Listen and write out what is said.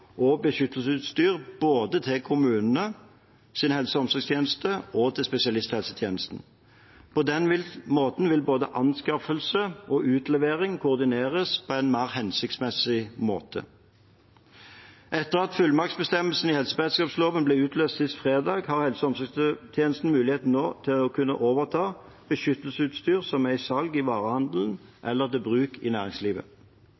og beskyttelsesutstyr både til kommunale helse- og omsorgstjenester og til spesialisthelsetjenesten. På den måten vil både anskaffelse og utlevering koordineres på en mer hensiktsmessig måte. Etter at fullmaktsbestemmelsene i helseberedskapsloven ble utløst sist fredag, har helse- og omsorgstjenesten mulighet til å kunne overta beskyttelsesutstyr som er i salg i